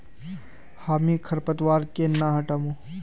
हामी खरपतवार केन न हटामु